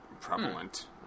prevalent